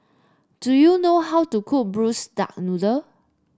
do you know how to cook Braised Duck Noodle